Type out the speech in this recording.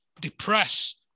depress